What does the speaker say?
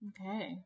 Okay